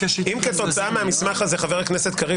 אם כתוצאה מהמסמך הזה חבר הכנסת קריב